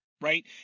right